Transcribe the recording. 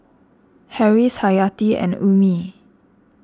Harris Hayati and Ummi